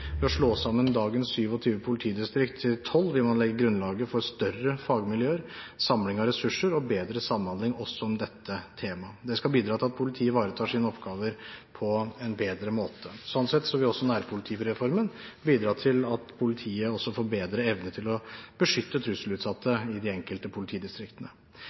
Ved å slå sammen dagens 27 politidistrikt til 12 vil man legge grunnlaget for større fagmiljøer, samling av ressurser og bedre samhandling også om dette temaet. Det skal bidra til at politiet ivaretar sine oppgaver på en bedre måte. Sånn sett vil nærpolitireformen bidra til at politiet også får bedre evne til å beskytte trusselutsatte i de enkelte politidistriktene.